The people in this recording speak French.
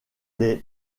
les